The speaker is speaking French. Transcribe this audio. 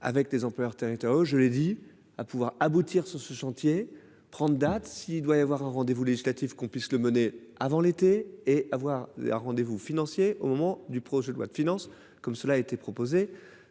avec les employeurs territoriaux. Je l'ai dit à pouvoir aboutir sur ce chantier prendre date s'il doit y avoir un rendez législatif qu'on puisse le mener avant l'été et avoir un rendez-vous financier au moment du projet de loi de finances, comme cela a été proposé